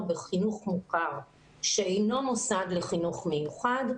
בחינוך מוכר שאינו מוסד לחינוך מיוחד".